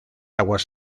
aguas